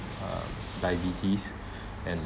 uh diabetes and